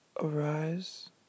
arise